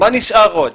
מה נשאר עוד?